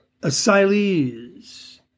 Asylees